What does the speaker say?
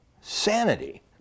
sanity